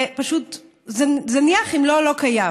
זה זניח אם לא לא קיים.